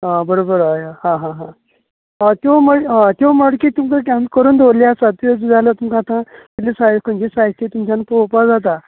आं बरोबर हय हां हां हय त्यो म्हण हय त्यो मडकी तुमका केन्ना सेंड करून दवरलेल्यो आसा त्यो जाय जाल्यार तुमकां आतां कितली सायज खंयची सायज ती तुमच्यान पळोपा जाता